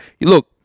Look